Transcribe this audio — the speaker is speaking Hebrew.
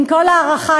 עם כל ההערכה,